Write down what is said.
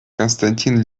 константин